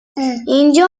اینجا